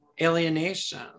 alienation